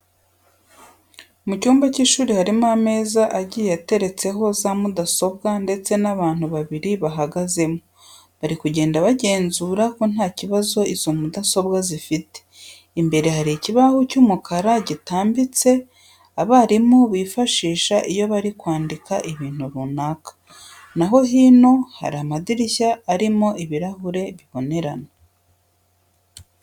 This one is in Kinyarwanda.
Mu cyumba cy'ishuri harimo ameza agiye ateretseho za mudasobwa ndetse n'abantu babiri bahagazemo, bari kugenda bagenzura ko nta kibazo izo mudasobwa zifite. Imbere hari ikibaho cy'umukara gitambitse abarimu bifashisha iyo bari kwandika ibintu runaka, na ho hino hari amadirishya arimo ibirahure bibonerana.